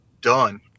done